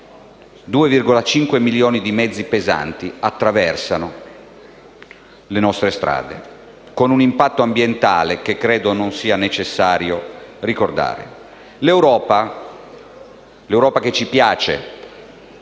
2,5 milioni di mezzi pesanti attraversano le nostre strade, con un impatto ambientale che credo non sia necessario ricordare. L'Europa - quella che ci piace,